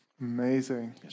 Amazing